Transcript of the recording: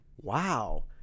Wow